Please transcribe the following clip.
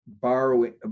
borrowing